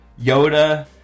Yoda